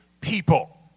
people